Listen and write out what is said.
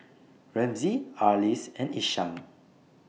Ramsey Arlis and Isham